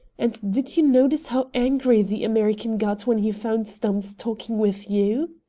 and did you notice how angry the american got when he found stumps talking with you?